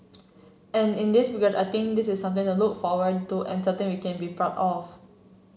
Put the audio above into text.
and in this regard I think this is something to look forward to and something we can be proud of